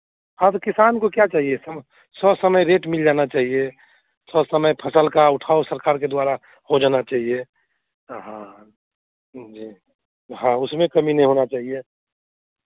हाँ तो किसान को क्या चाहिए ससमय रेट मिल जाना चाहिए ससमय फसल का उठाव सरकार के द्वारा हो जाना चाहिए हाँ जी हाँ उसमें कमी नहीं होना चाहिए